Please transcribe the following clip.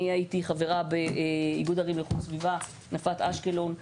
אני הייתי חברה באיגוד ערים לאיכות הסביבה נפת אשקלון,